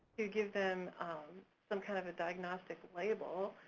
to give them some kind of a diagnostic label,